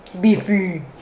BEEFY